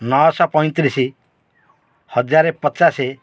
ନଅ ଶହ ପଇଁତିରିଶି ହଜାର ପଚାଶ